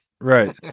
Right